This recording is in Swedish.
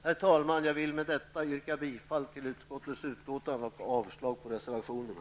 Herr talman! Jag vill med det anförda yrka bifall till utskottets hemställan och avslag på reservationerna.